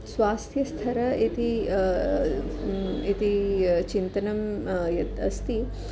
स्वास्थ्यस्तरम् इति इति चिन्तनं यत् अस्ति